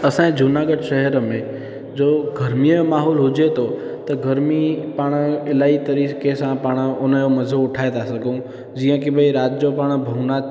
असांजे जूनागढ़ शहर में जो गर्मीअ जो माहौल हुजे थो त गर्मी पाण अलाई तरीक़े सां पाण उनजो मज़ो उठाए था सघूं जीअं कि भई राति जो पाण भूवनाथ